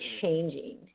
changing